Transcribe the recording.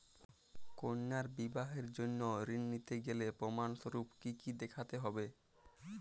কন্যার বিবাহের জন্য ঋণ নিতে গেলে প্রমাণ স্বরূপ কী কী দেখাতে হবে?